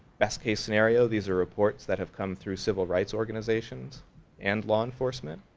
best-case scenario these are reports that have come through civil rights organizations and law enforcement.